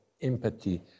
empathy